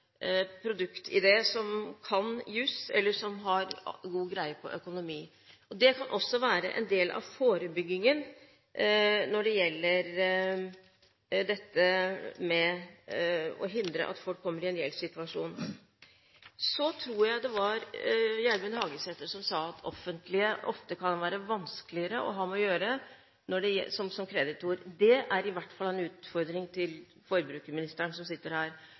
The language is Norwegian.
som kan jus, eller som har god greie på økonomi. Det kan også være en del av forebyggingen når det gjelder dette med å hindre at folk kommer i en gjeldssituasjon. Så tror jeg det var Gjermund Hagesæter som sa at det offentlige ofte kan være vanskeligere å ha med å gjøre som kreditor. Det er i hvert fall en utfordring til forbrukerministeren som sitter her,